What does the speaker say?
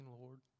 Lord